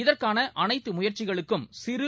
இதற்கான அனைத்து முயற்சிகளுக்கும் சிறு